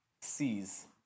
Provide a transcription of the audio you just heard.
sees